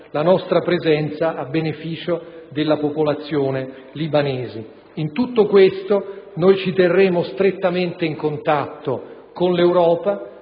la nostra presenza a beneficio della popolazione libanese. In tutto questo, noi ci terremo strettamente in contatto con l'Europa,